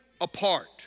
apart